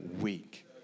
week